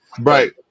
Right